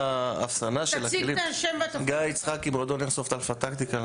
גיא יצחקי, מועדון איירסופט אלפא טקטיקל.